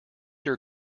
your